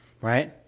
right